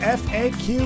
faq